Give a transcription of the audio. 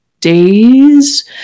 days